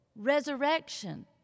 Resurrection